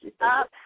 up